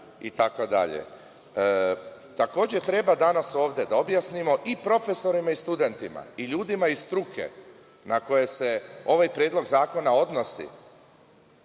itd. Takođe treba danas ovde da objasnimo i profesorima i studentima i ljudima iz struke na koje se ovaj predlog zakona odnosi,